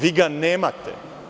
Vi ga nemate.